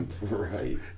Right